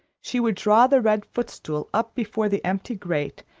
she would draw the red footstool up before the empty grate,